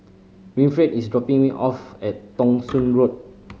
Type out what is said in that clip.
Winfred is dropping me off at Thong Soon Road